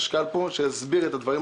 בהשתתפות החשב הכללי שיסביר את הדברים.